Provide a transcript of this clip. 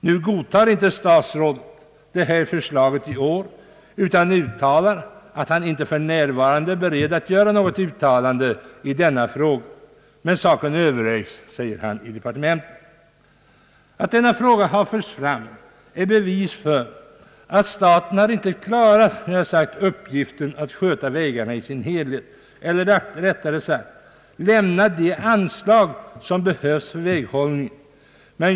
Nu godtar inte statsrådet detta förslag i år utan anför att han för närvarande inte är beredd att göra något uttalande i denna fråga, men, säger han, saken övervägs i departementet. Att denna fråga har förts fram är ett bevis för att staten inte har klarat sin uppgift att sköta vägarna i deras helhet eller, rättare sagt, inte lämnat det anslag som behövs till väghållningen.